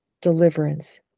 deliverance